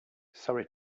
sorry